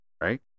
right